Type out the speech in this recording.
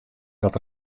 dat